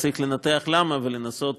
צריך לנתח למה ולנסות